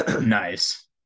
Nice